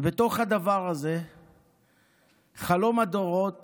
בתוך הדבר הזה חלום הדורות